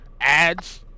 ads